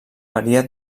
varia